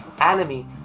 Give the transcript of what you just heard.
enemy